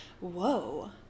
whoa